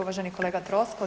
Uvaženi kolega Troskot.